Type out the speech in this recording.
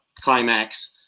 climax